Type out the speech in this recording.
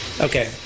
Okay